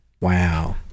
wow